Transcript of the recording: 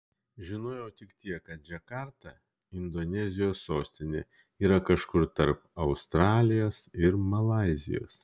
žinojau tik tiek kad džakarta indonezijos sostinė yra kažkur tarp australijos ir malaizijos